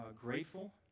grateful